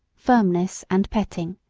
firmness and petting,